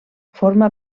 forma